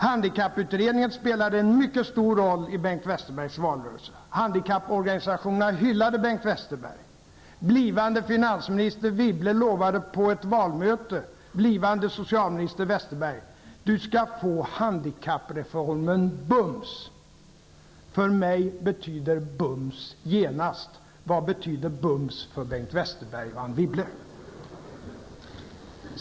Handikapputredningen spelade en mycket stor roll i Bengt Westerbergs valrörelse. Westerberg: Du skall få handikappreformen bums. För mig betyder ''bums'' genast. Vad betyder ''bums'' för Bengt Westerberg och Anne Wibble?